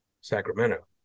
Sacramento